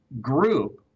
group